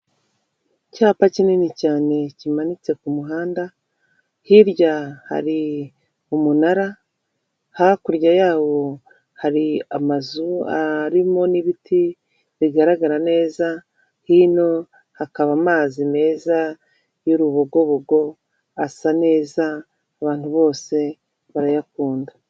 Icyapa kinini cyane kimanitse ku muhanda, hirya hari umunara hakurya yawo hari amazu arimo n'ibiti bigaragara neza, hino hakaba amazi meza y'urubogobogo asa neza abantu bose barayakunda.